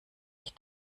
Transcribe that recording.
ich